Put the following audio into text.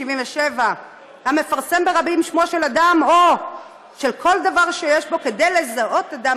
1977: (א) המפרסם ברבים שמו של אדם או של כל דבר שיש בו כדי לזהות אדם